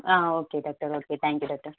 ah okay doctor okay thank you doctor